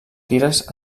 tires